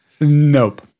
Nope